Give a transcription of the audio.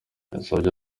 yasabye